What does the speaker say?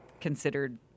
Considered